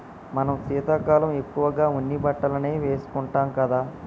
మనం శీతాకాలం ఎక్కువగా ఉన్ని బట్టలనే వేసుకుంటాం కదా